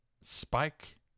Spike